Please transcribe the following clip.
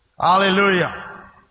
Hallelujah